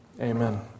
Amen